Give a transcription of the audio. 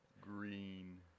Green